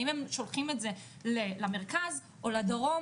האם הם שולחים את זה למרכז או לדרום,